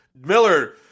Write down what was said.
Miller